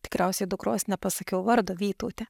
tikriausiai dukros nepasakiau vardo vytautė